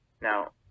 Now